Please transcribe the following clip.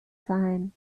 sein